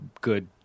good